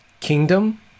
kingdom